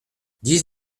dix